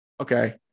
Okay